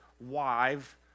wife